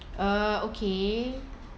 uh okay